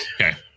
Okay